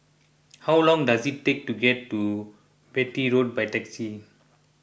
how long does it take to get to Beatty Road by taxi